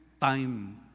time